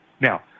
Now